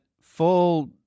full